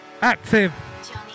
Active